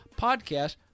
podcast